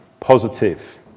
Positive